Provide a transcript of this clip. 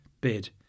bid